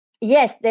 yes